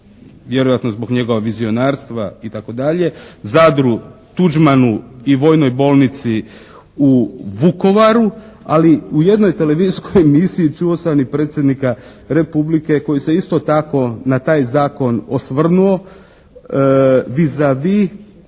vjerojatno zbog njegova vizionarstva i tako dalje, Zadru, Tuđmanu i Vojnoj bolnici u Vukovaru. Ali u jednoj televizijskoj emisiji čuo sam i predsjednika Republike koji se isto tako na taj zakon osvrnuo «vis